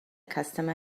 customer